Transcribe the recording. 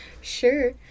sure